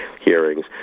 hearings